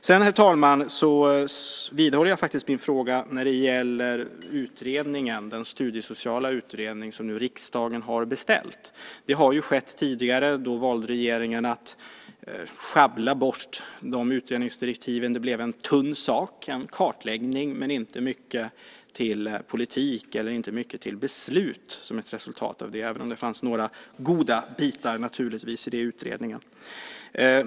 Sedan, herr talman, vidhåller jag min fråga när det gäller utredningen, den studiesociala utredning som riksdagen har beställt. Det har ju skett tidigare, och då valde regeringen att sjabbla bort utredningsdirektiven. Det blev en tunn sak, en kartläggning, men inte mycket till politik eller beslut som resultat - även om det naturligtvis fanns några goda bitar i den utredningen.